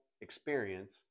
experience